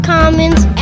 Commons